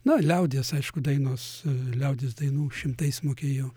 na liaudies aišku dainos liaudies dainų šimtais mokėjau